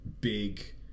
big